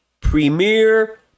premier